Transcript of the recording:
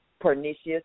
Pernicious